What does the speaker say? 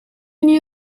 knew